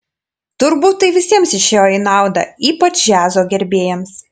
turbūt tai visiems išėjo į naudą ypač džiazo gerbėjams